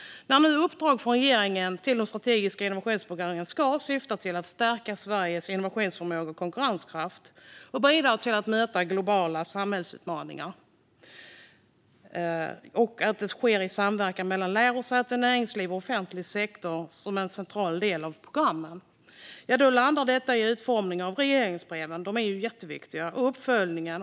När nu uppdraget från regeringen till de strategiska innovationsprogrammen syftar till att stärka Sveriges innovationsförmåga och konkurrenskraft och bidra till att möta globala samhällsutmaningar i samverkan mellan lärosäten, näringsliv och offentlig sektor, ja, då handlar det mycket om utformningen av de viktiga regleringsbreven och uppföljningen.